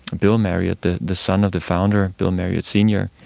bill marriott, the the son of the founder, and bill marriott sr,